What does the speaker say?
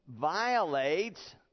violates